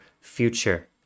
future